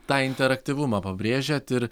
tą interaktyvumą pabrėžiat ir